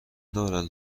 دارد